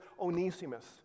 Onesimus